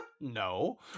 no